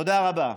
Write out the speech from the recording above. תודה רבה.